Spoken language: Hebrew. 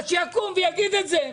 שיקום ויגיד את זה,